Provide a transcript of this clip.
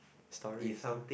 stories stories